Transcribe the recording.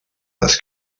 les